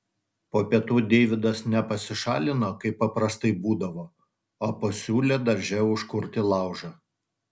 po pietų deividas ne pasišalino kaip paprastai būdavo o pasiūlė darže užkurti laužą